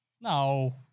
No